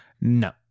No